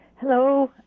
Hello